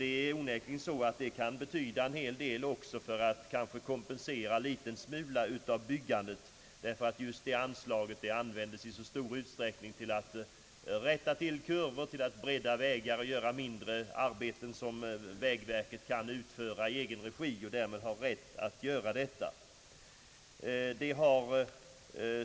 Detta anslag kan onekligen betyda en hel del också för att kompensera något av byggandet, därför att just detta anslag användes i stor utsträckning till att rätta till kurvor, bredda vägar och göra mindre arbeten som vägverket kan utföra i egen regi och därmed har rätt att utföra.